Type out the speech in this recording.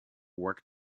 work